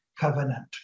covenant